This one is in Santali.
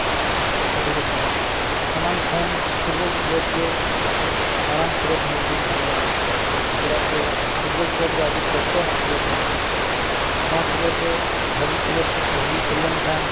ᱟᱹᱰᱤ ᱨᱚᱠᱚᱢᱟᱜ ᱥᱟᱱᱟᱢ ᱠᱷᱚᱱ ᱯᱷᱩᱴᱵᱚᱞ ᱠᱷᱮᱞᱳᱰ ᱜᱮ ᱢᱟᱨᱟᱝ ᱠᱷᱮᱞᱳᱰ ᱢᱮᱱᱛᱤᱧ ᱢᱚᱱᱮᱭᱟ ᱪᱮᱫᱟᱜ ᱥᱮ ᱯᱷᱩᱴᱵᱚᱞ ᱠᱷᱮᱞᱳᱰ ᱫᱚ ᱟᱹᱰᱤ ᱠᱚᱥᱴᱚ ᱨᱮᱱᱟᱜ ᱠᱷᱮᱞᱳᱰ ᱠᱟᱱᱟ ᱱᱚᱣᱟ ᱠᱷᱮᱞᱳᱰ ᱨᱮ ᱵᱷᱟᱜᱮ ᱠᱷᱮᱞᱳᱰ ᱵᱷᱟᱜᱮ ᱠᱷᱮᱹᱞ ᱞᱮᱱ ᱠᱷᱟᱱ